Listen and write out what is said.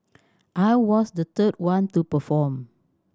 I was the third one to perform